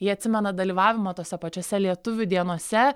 ji atsimena dalyvavimą tose pačiose lietuvių dienose